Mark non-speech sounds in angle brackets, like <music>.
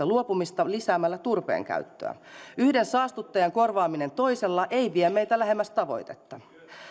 <unintelligible> luopumista lisäämällä turpeenkäyttöä yhden saastuttajan korvaaminen toisella ei vie meitä lähemmäs tavoitetta